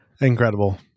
incredible